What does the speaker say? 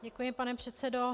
Děkuji, pane předsedo.